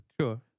Sure